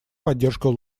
поддержку